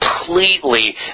completely